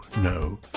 no